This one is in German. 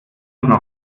uns